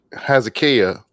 Hezekiah